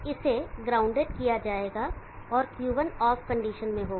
इसे ग्राउंडेड किया जाएगा और Q1 ऑफ कंडीशन में होगा